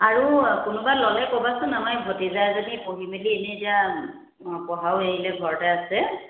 আৰু কোনোবা ল'লে ক'বাচোন আমাৰ এই ভটিজা এজনী পঢ়ি মেলি এনে এতিয়া পঢ়াও এৰিলে ঘৰতে আছে